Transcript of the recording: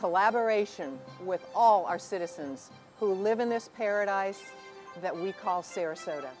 collaboration with all our citizens who live in this paradise that we call sarasota